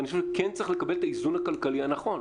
ואני חושב שכן צריך לקבל את האיזון הכלכלי הנכון,